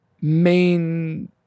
main